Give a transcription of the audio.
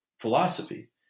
philosophy